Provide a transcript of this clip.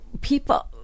people